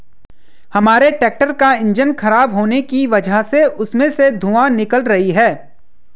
हमारे ट्रैक्टर का इंजन खराब होने की वजह से उसमें से धुआँ निकल रही है